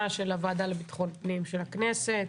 של הוועדה לביטחון פנים של הכנסת.